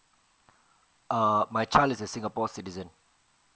uh my child is a singapore citizen